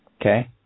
Okay